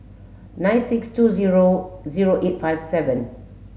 nine six two zero zero eight five seven